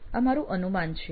આ મારુ અનુમાન છે